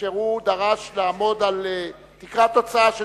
כאשר הוא דרש לעמוד על תקרת הוצאה של